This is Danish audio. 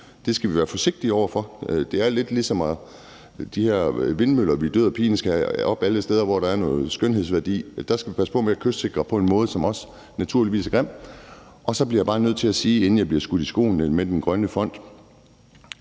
Det skal vi være forsigtige med. Det er lidt ligesom med de her vindmøller, vi død og pine skal have op alle steder, hvor der er noget skønhedsværdi. Der skal vi passe på med at kystsikre på en måde, som er grim. Og så bliver jeg bare nødt til at sige, inden jeg bliver skudt noget i skoene, der handler om den grønne fond: